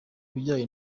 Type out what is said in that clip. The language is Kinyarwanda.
bijyanye